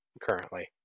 currently